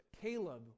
Caleb